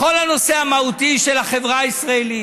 בכל הנושא המהותי של החברה הישראלית,